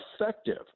effective